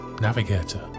navigator